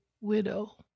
widow